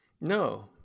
No